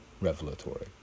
revelatory